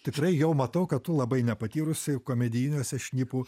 tikrai jau matau kad tu labai nepatyrusi komedijiniuose šnipų